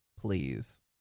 please